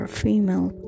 female